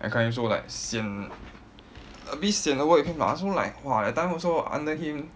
that kind also like sian a bit sian ah work with him I also like !wah! that time also under him